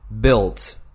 built